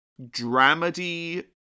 Dramedy